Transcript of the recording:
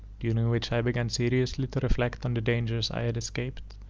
you know which i began seriously to reflect on the dangers i had escaped,